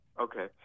Okay